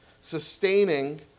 Sustaining